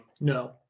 No